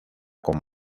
con